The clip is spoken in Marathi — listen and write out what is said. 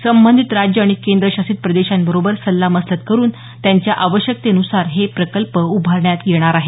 संबंधित राज्य आणि केंद्रशासित प्रदेशांबरोबर सल्लामसलत करून त्यांच्या आवश्यकतेन्सार हे प्रकल्प उभारण्यात येत आहेत